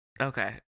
Okay